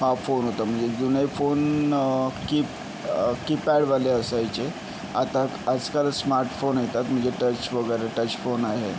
म्हणजे जुने phone keep कीपॅडवाले असायचे आता आजकाल स्मार्टफोन येतात म्हणजे टच वगैरे टच फोन आहेत